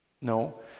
No